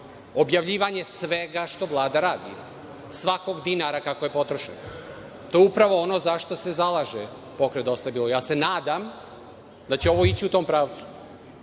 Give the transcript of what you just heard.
Objavljivanje svega što Vlada radi, svakog dinara kako je potrošen. To je upravo ono za šta se zalaže Pokret „Dosta je bilo“. Nadam se da će ovo ići u tom pravcu. Zatim,